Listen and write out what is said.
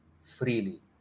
freely